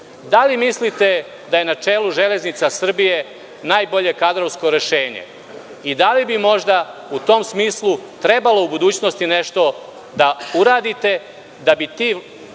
Da li mislite da je na čelu Železnica Srbije najbolje kadrovsko rešenje i da li bi možda u tom smislu trebalo u budućnosti nešto da uradite da bi ti